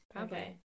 Okay